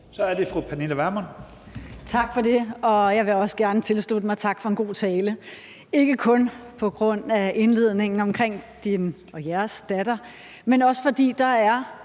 Kl. 11:15 Pernille Vermund (NB): Tak for det, og jeg vil også gerne tilslutte mig takken for en god tale, ikke kun på grund af indledningen omkring din og jeres datter, men også, fordi der er